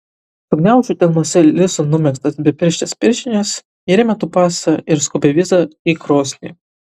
sugniaužiu delnuose lisu numegztas bepirštes pirštines ir įmetu pasą ir skubią vizą į krosnį